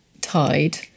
tide